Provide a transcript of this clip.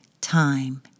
time